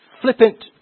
flippant